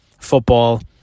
football